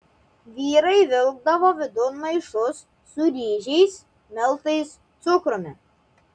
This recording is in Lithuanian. vyrai vilkdavo vidun maišus su ryžiais miltais cukrumi